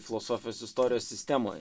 filosofijos istorijos sistemoj